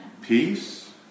Peace